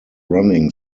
running